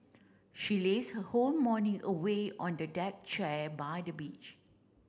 she lazed her whole morning away on the deck chair by the beach